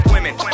Women